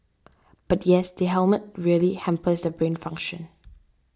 but yes the helmet really hampers the brain function